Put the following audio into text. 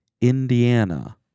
Indiana